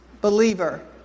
believer